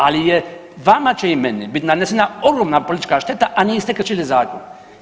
Ali je vam i meni će biti nanesena ogromna politička šteta, a niste kršili zakon.